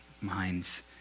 minds